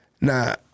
Now